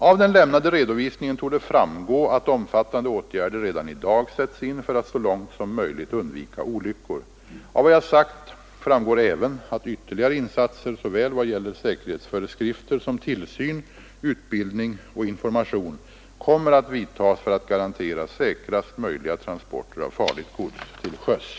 Av den lämnade redovisningen torde framgå, att omfattande åtgärder redan i dag sätts in för att så långt som möjligt undvika olyckor. Av vad jag sagt framgår även, att ytterligare insatser — såväl vad gäller säkerhetsföreskrifter som tillsyn, utbildning och information — kommer att vidtas för att garantera säkrast möjliga transporter av farligt gods till sjöss.